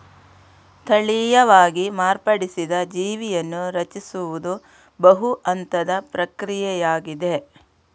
ತಳೀಯವಾಗಿ ಮಾರ್ಪಡಿಸಿದ ಜೀವಿಯನ್ನು ರಚಿಸುವುದು ಬಹು ಹಂತದ ಪ್ರಕ್ರಿಯೆಯಾಗಿದೆ